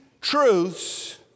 truths